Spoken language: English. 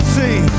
see